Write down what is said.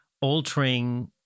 altering